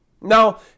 Now